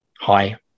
hi